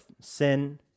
Sin